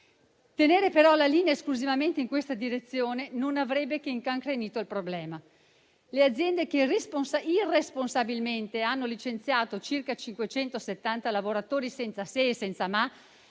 Tenere, però, la linea esclusivamente in questa direzione non avrebbe che incancrenito il problema. Le aziende che irresponsabilmente hanno licenziato circa 570 lavoratori senza se e senza ma,